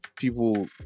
people